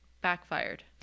backfired